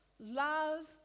Love